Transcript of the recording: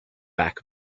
back